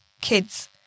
kids